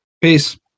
Peace